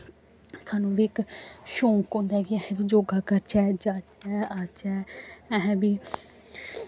सानूं बी इक शौंक होंदा ऐ कि अस बी योग करचै जाचै आचै अस बी